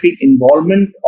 involvement